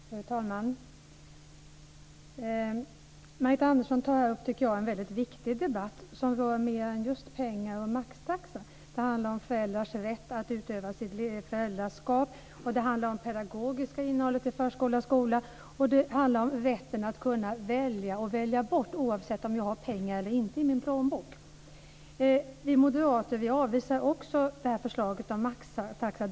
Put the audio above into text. Fru talman! Jag tycker att Margareta Andersson tar upp en väldigt viktig debatt som rör mer än pengar och maxtaxa. Det handlar om föräldrars rätt att utöva sitt föräldraskap. Det handlar om det pedagogiska innehållet i förskola och skola, och det handlar om rätten att kunna välja och välja bort, oavsett om man har pengar i sin plånbok eller inte. Vi moderater avvisar också det här förslaget om maxtaxa.